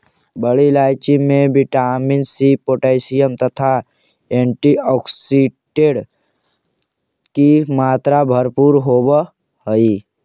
बड़ी इलायची में विटामिन सी पोटैशियम तथा एंटीऑक्सीडेंट की मात्रा भरपूर होवअ हई